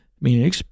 meaning